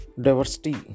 Diversity